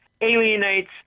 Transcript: alienates